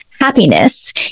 happiness